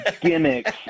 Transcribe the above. gimmicks